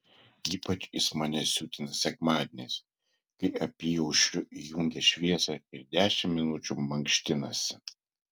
ypač jis mane siutina sekmadieniais kai apyaušriu įjungia šviesą ir dešimt minučių mankštinasi